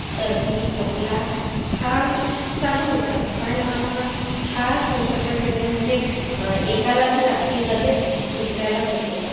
सर्दी खोकला हा चालू होता पण हा संसर्गजन्य म्हणजे एकाला झाला की लगेच दुसऱ्याला होत होता